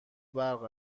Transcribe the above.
برق